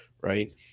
Right